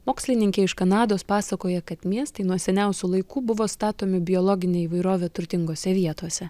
mokslininkė iš kanados pasakoja kad miestai nuo seniausių laikų buvo statomi biologine įvairove turtingose vietose